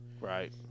Right